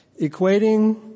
equating